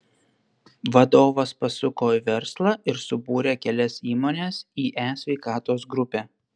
vadovas pasuko į verslą ir subūrė kelias įmones į e sveikatos grupę